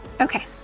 Okay